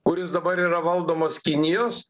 kuris dabar yra valdomas kinijos